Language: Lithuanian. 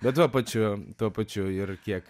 bet tuo pačiu tuo pačiu ir kiek